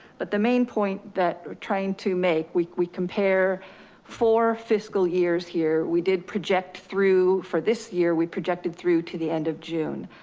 but the main point that we're trying to make, we compare for fiscal years here, we did project through for this year, we projected through to the end of june.